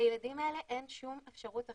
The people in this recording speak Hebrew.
לילדים האלה אין שום אפשרות אחרת.